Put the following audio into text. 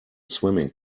swimming